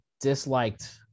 disliked